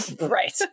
right